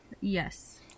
Yes